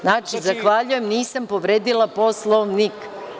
Znači, zahvaljujem.- Nisam povredila Poslovnik.